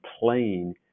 playing